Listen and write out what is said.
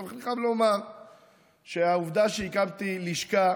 אני חייב לומר שהעובדה שהקמתי לשכה